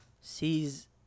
sees